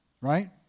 Right